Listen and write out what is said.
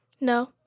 No